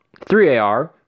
3AR